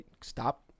Stop